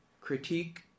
critique